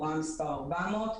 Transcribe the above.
הוראה מס' 400,